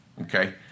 Okay